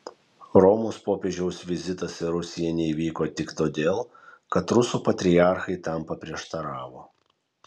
romos popiežiaus vizitas į rusiją neįvyko tik todėl kad rusų patriarchai tam paprieštaravo